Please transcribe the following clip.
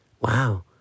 Wow